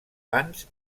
pans